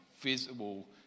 visible